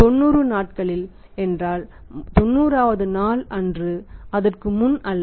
90 நாட்களில் என்றால் 90வது நாள் அன்று அதற்கு முன் அல்ல